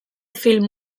film